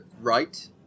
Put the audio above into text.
right